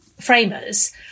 Framers